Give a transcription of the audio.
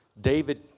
David